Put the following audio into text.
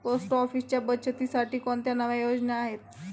Post ऑफिसच्या बचतीसाठी कोणत्या नव्या योजना आहेत?